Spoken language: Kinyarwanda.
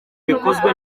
bikozwe